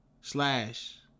slash